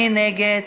מי נגד?